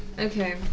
Okay